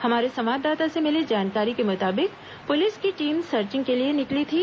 हमारे संवाददाता से मिली जानकारी के मुताबिक पुलिस की टीम सर्चिंग के लिए निकली थी